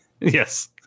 Yes